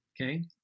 Okay